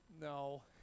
No